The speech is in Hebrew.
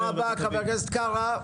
תודה רבה, חבר הכנסת קארה.